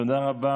תודה רבה.